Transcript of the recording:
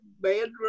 bedroom